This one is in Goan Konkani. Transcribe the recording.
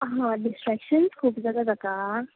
आंहा डिस्ट्रेकशनस खूब जाता तेका